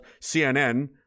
CNN